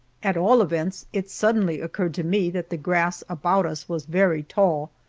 at all events, it suddenly occurred to me that the grass about us was very tall,